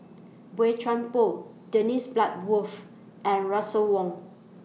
Boey Chuan Poh Dennis Bloodworth and Russel Wong